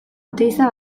oteiza